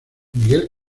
miguel